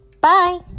bye